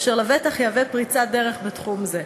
אשר לבטח יהווה פריצת דרך בתחום זה.